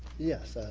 yes,